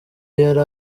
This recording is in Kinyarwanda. yari